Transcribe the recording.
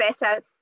better